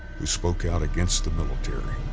who spoke out against the military.